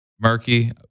murky